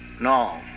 No